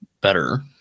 better